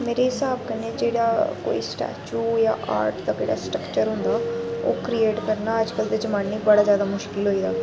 मेरे स्हाब कन्नै जेह्ड़ा कोई स्टैचू जां आर्ट दा जेह्ड़ा स्ट्रक्चर होंदा ओह् क्रीऐट करना अज्जकल दे जमाने च बड़ा ज्यादा मुश्कल होई गेदा